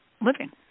living